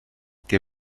que